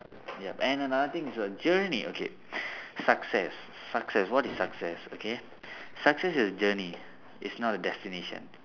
yup and another thing is a journey okay success success what is success okay success is journey it's not a destination